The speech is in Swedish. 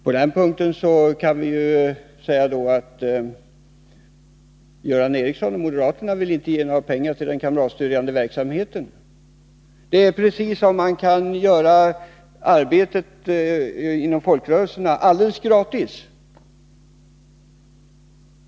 På den punkten kan vi säga att Göran Ericsson och moderaterna inte vill ge några pengar till den kamratstödjande verksamheten. Det är precis som om man kan göra arbetet inom folkrörelserna alldeles gratis.